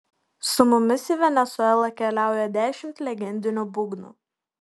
su mumis į venesuelą keliauja dešimt legendinių būgnų